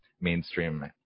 mainstream